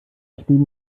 drüben